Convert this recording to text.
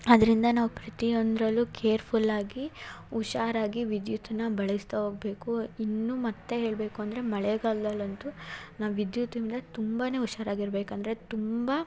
ಆದ್ದರಿಂದ ನಾವು ಪ್ರತಿಯೊಂದರಲ್ಲೂ ಕೇರ್ಫುಲ್ಲಾಗಿ ಹುಷಾರಾಗಿ ವಿದ್ಯುತ್ತನ್ನು ಬಳಸ್ತಾ ಹೋಗ್ಬೇಕು ಇನ್ನೂ ಮತ್ತೆ ಹೇಳಬೇಕು ಅಂದರೆ ಮಳೆಗಾಲ್ದಲ್ಲಂತು ನಾವು ವಿದ್ಯುತ್ತಿಂದ ತುಂಬಾ ಹುಷಾರಾಗಿರ್ಬೇಕಂದರೆ ತುಂಬ